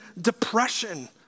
depression